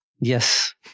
Yes